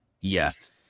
Yes